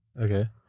Okay